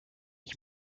ich